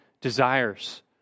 desires